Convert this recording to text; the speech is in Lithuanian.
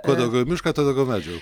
kuo daugiau į mišką tuo daugiau medžių